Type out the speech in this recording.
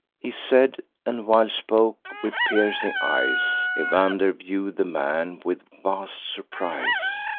he said and while spoke, with piercing eyes evander view'd the man with vast surprise,